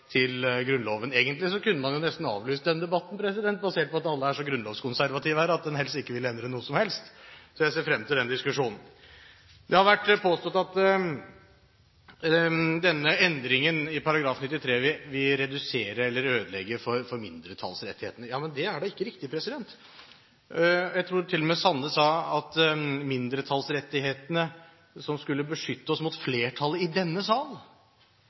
til Grunnloven. Egentlig kunne man nesten avlyst den debatten, basert på at alle er så grunnlovskonservative her at en helst ikke vil endre noe som helst. Så jeg ser frem til den diskusjonen. Det har vært påstått at denne endringen i § 93 vil redusere eller ødelegge for mindretallsrettighetene. Det er da ikke riktig! Jeg tror til og med at representanten Sande sa at mindretallsrettighetene skulle beskytte oss mot flertallet i denne sal,